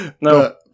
no